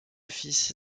fils